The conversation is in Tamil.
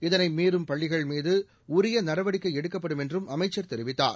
இதனை மீறும் பள்ளிகள் மீது உரிய நடவடிக்கை எடுக்கப்படும் என்றும் அமைச்சர் தெரிவித்தார்